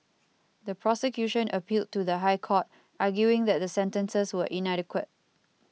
the prosecution appealed to the High Court arguing that the sentences were inadequate